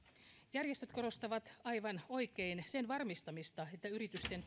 järjestöt korostavat aivan oikein sen varmistamista että yritysten